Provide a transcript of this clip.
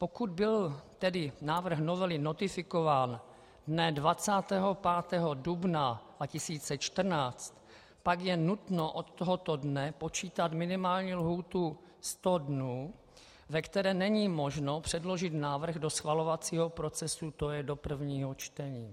Pokud byl tedy návrh novely notifikován dne 25. dubna 2014, pak je nutno od tohoto dne počítat minimální lhůtu 100 dnů, ve které není možno předložit návrh do schvalovacího procesu, to je do prvního čtení.